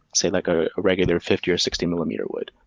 say, like ah a regular fifty or sixty millimeter would.